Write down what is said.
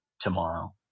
tomorrow